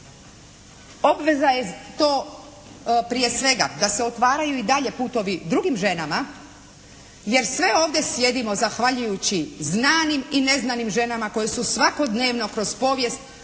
Obveza je to prije svega da se otvaraju i dalje putovi drugim ženama jer sve ovdje sjedimo zahvaljujući znanim i neznanim ženama koje su svakodnevno kroz povijest